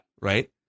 right